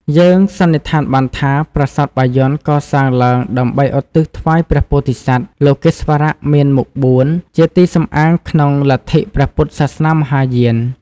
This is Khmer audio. យើងសន្និដ្ឋានបានថា ប្រាសាទបាយ័នកសាងឡើង ដើម្បីឧទ្ទិសថ្វាយព្រះពោធិសត្វ លោកេស្វរៈមានមុខ៤ ជាទីសំអាងក្នុងលទ្ធិព្រះពុទ្ធសាសនាមហាយាន ។